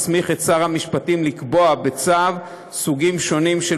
מסמיך את שר המשפטים לקבוע בצו סוגים שונים של